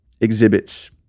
exhibits